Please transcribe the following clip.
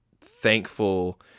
thankful